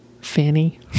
fanny